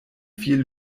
viel